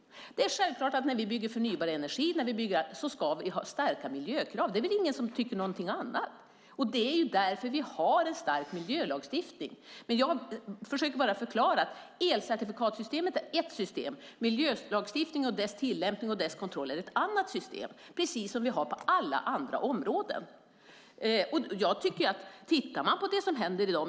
När vi bygger förnybar energi ska vi självklart ha starka miljökrav. Det är väl ingen som tycker någonting annat. Det är därför vi har en stark miljölagstiftning. Jag försöker bara förklara att elcertifikatssystemet är ett system, miljölagstiftningen, dess tillämpning och kontroll är ett annat system, precis som vi har på alla andra områden.